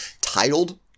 titled